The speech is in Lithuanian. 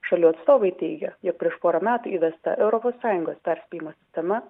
šalių atstovai teigia jog prieš porą metų įvesta europos sąjungos perspėjimo sistema